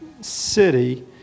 city